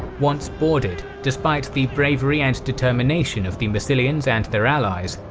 once boarded, despite the bravery and determination of the massilians and their allies,